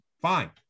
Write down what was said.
fine